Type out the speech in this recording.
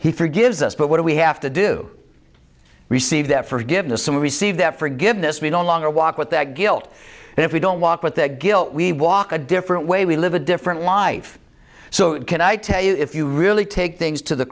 he forgives us but what do we have to do receive that forgiveness and receive that forgiveness we no longer walk with that guilt and if we don't walk with that guilt we walk a different way we live a different life so can i tell you if you really take things to the